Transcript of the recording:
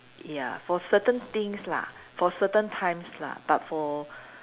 ya for certain things lah for certain times lah but for